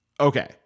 Okay